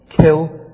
Kill